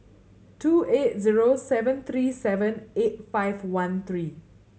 two eight zero seven three seven eight five one three